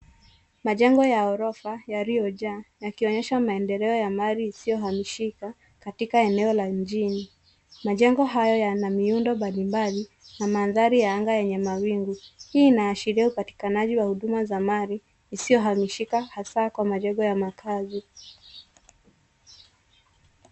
Majengo ya orofa yaliyojaa yakionyesha maendelo ya mali isiohamishika katika eneo la mjini. Majengo hayo yana miundo mbalimbali na mandhari ya anga yenye mawingu, hii inaashiria upatikanaji wa huduma za mali isiohamishika hasa kwa majengo ya makazi.